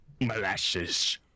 Molasses